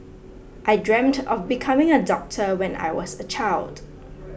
I dreamt of becoming a doctor when I was a child